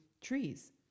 trees